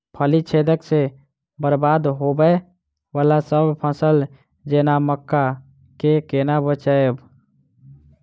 फली छेदक सँ बरबाद होबय वलासभ फसल जेना मक्का कऽ केना बचयब?